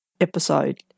episode